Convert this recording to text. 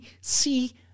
see